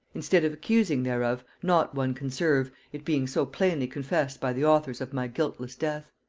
instead of excusing thereof, not one can serve, it being so plainly confessed by the authors of my guiltless death.